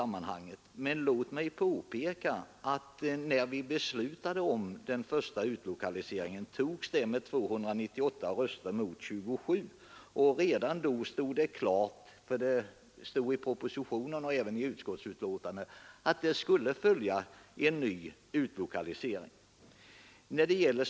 Men låt mig påpeka att beslutet om den första utlokaliseringen fattades med 298 röster mot 27. Redan då var det klart — det stod både i propositionen och i utskottsbetänkandet — att en ny utlokalisering skulle följa.